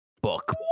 Book